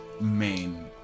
main